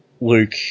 Luke